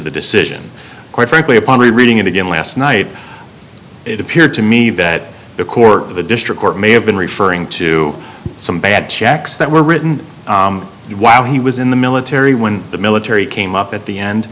the decision quite frankly upon reading it again last night it appeared to me that the court of the district court may have been referring to some bad checks that were written while he was in the military when the military came up at the end